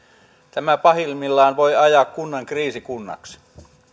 tämä pahimmillaan voi ajaa kunnan kriisikunnaksi